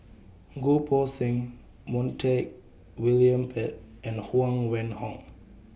Goh Poh Seng Montague William Pett and Huang Wenhong